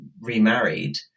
remarried